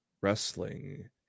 wrestling